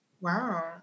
Wow